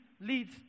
leads